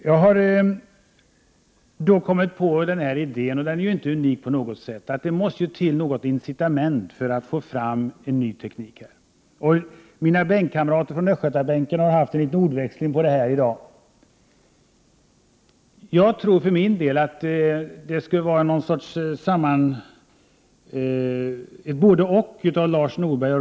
Jag har då fått idén — den är inte unik på något sätt — att det måste till något incitament för att man skall få fram en ny teknik. Mina bänkgrannar från Östgötabänken har haft en liten ordväxling kring detta i dag. Jag tror för min del att man skall kombinera Lars Norbergs och Roland Larssons idéer.